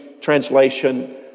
translation